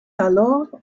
alors